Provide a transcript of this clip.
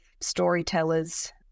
storytellers